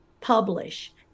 publish